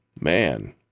Man